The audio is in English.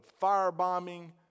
firebombing